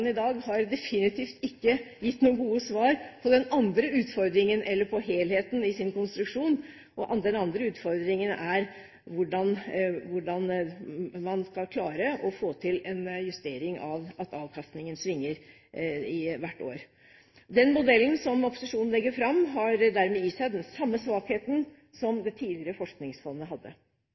i dag har definitivt ikke gitt noen gode svar på den andre utfordringen eller på helheten i sin konstruksjon, og den andre utfordringen er hvordan man skal klare å få til en justering av at avkastningen svinger hvert år. Den modellen som opposisjonen legger fram, har dermed i seg den samme svakheten som det tidligere Forskningsfondet hadde.